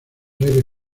aires